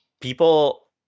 people